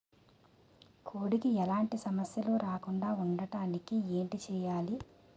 కోడి కి ఎలాంటి సమస్యలు రాకుండ ఉండడానికి ఏంటి చెయాలి?